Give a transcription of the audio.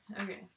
okay